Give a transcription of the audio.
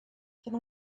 can